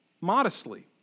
modestly